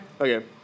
Okay